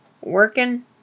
working